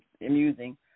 amusing